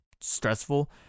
stressful